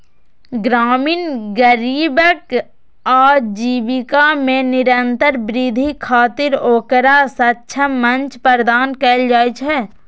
ग्रामीण गरीबक आजीविका मे निरंतर वृद्धि खातिर ओकरा सक्षम मंच प्रदान कैल जाइ छै